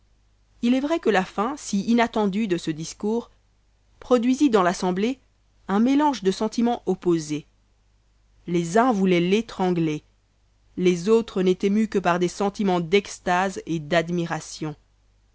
il est vrai que la fin si inattendue de ce discours produisit dans l'assemblée un mélange de sentimens opposés les uns voulaient l'étrangler les autres n'étaient mus que par des sentimens d'extase et d'admiration